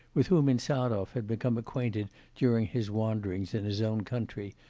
with whom insarov had become acquainted during his wanderings in his own country,